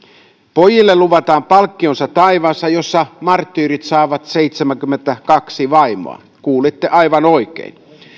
pojille luvataan palkkio taivaassa jossa marttyyrit saavat seitsemänkymmentäkaksi vaimoa kuulitte aivan oikein